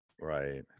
Right